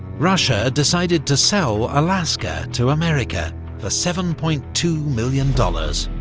russia decided to sell alaska to america for seven point two million dollars.